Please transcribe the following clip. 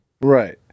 Right